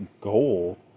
goal